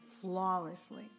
flawlessly